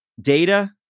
data